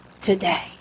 today